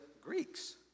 Greeks